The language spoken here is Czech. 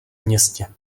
městě